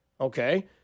okay